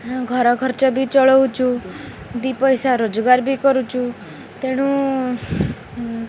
ଘର ଖର୍ଚ୍ଚ ବି ଚଳଉଛୁ ଦୁଇ ପଇସା ରୋଜଗାର ବି କରୁଛୁ ତେଣୁ